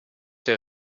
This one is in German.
der